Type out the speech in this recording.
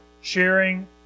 sharing